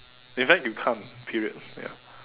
in fact you can't period ya